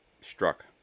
struck